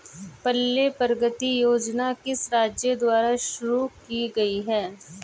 पल्ले प्रगति योजना किस राज्य द्वारा शुरू की गई है?